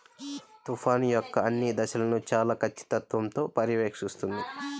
తుఫాను యొక్క అన్ని దశలను చాలా ఖచ్చితత్వంతో పర్యవేక్షిస్తుంది